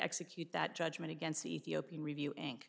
execute that judgment against the ethiopian review inc